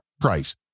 price